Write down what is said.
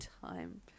time